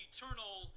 Eternal